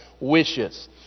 wishes